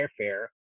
airfare